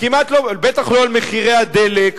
בטח לא על מחירי הדלק,